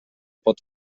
pot